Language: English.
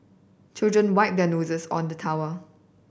children wipe their noses on the towel